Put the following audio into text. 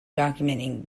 documenting